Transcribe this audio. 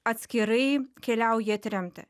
atskirai keliauja į tremtį